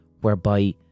whereby